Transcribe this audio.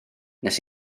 wnes